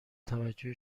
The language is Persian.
توجه